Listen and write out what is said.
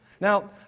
Now